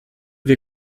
wir